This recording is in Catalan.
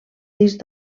disc